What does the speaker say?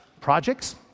Projects